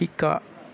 শিকা